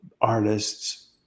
artists